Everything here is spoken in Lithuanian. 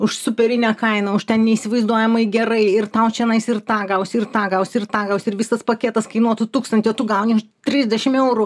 už superinę kainą už ten neįsivaizduojamai gerai ir tau čionais ir tą gausi ir tą gausi ir tą gausi ir visas paketas kainuotų tūkstantį o tu gauni už trisdešim eurų